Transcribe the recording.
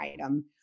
item